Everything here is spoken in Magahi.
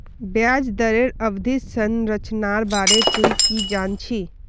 ब्याज दरेर अवधि संरचनार बारे तुइ की जान छि